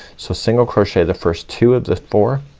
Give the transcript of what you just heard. so single crochet the first two of the four